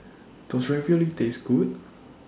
Does Ravioli Taste Good